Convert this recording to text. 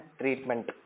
treatment